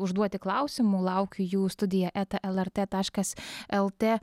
užduoti klausimų laukiu jų studija eta lrt taškas lt